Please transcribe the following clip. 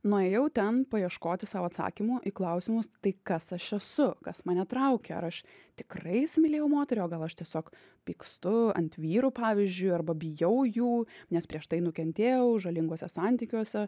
nuėjau ten paieškoti sau atsakymų į klausimus tai kas aš esu kas mane traukia ar aš tikrai įsimylėjau moterį o gal aš tiesiog pykstu ant vyrų pavyzdžiui arba bijau jų nes prieš tai nukentėjau žalinguose santykiuose